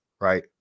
right